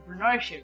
entrepreneurship